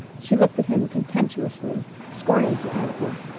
she looked at him contemptuously, scorning to answer.